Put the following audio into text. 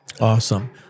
Awesome